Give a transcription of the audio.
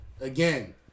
again